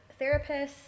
therapists